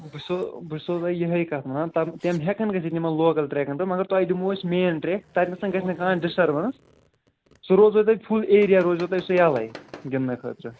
بہٕ چھِ سو بہٕ چھِ سو تۄہہِ یِہوٚے کَتھ وَنان تَم تِم ہٮ۪کَن گٔژھِتھ یِمَن لوکَل ٹرٛیکن پٮ۪ٹھ مگر تۄہہِ دِمو أسۍ مین ٹرٛیک تَتہِ نَسَن گژھِ نہٕ کانٛہہ ڈِسٹٔربَنس سُہ روزو تۄہہِ پھُل ایرِیا روزیو تۄہہِ سُہ یَلَے گِنٛدنہٕ خٲطرٕ